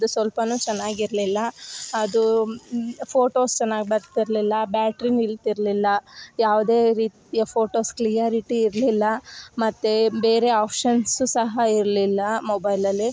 ಅದು ಸ್ವಲ್ಪಾ ಚೆನ್ನಾಗಿರ್ಲಿಲ್ಲ ಅದು ಫೋಟೋಸ್ ಚೆನ್ನಾಗ್ ಬರ್ತಿರಲಿಲ್ಲ ಬ್ಯಾಟ್ರಿ ನಿಲ್ತಿರಲಿಲ್ಲ ಯಾವುದೇ ರೀತಿಯ ಫೋಟೋಸ್ ಕ್ಲಿಯಾರಿಟಿ ಇರಲಿಲ್ಲ ಮತ್ತು ಬೇರೆ ಆಪ್ಷನ್ಸ್ ಸಹ ಇರಲಿಲ್ಲ ಮೊಬೈಲಲ್ಲಿ